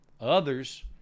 Others